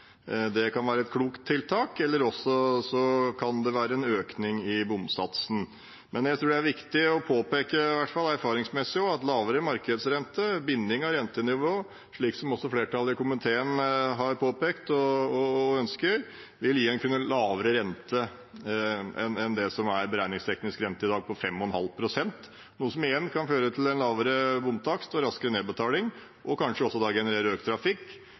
Det kan være et klokt tiltak. Eller det kan også være en økning i bomsatsen. Jeg tror det er viktig å påpeke at erfaringsmessig vil lavere markedsrente eller binding av rentenivå, slik som også flertallet i komiteen har påpekt og ønsker, kunne gi en lavere rente enn beregningsteknisk rente, som i dag er på 5,5 pst., noe som igjen kan føre til en lavere bomtakst og raskere nedbetaling, og kanskje også generere økt trafikk,